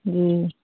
जी